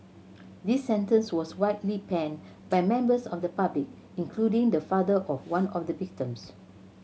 this sentence was widely panned by members of the public including the father of one of the victims